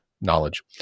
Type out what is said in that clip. knowledge